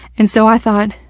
and so i thought,